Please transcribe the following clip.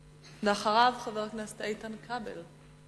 אחריו, חבר הכנסת איתן כבל.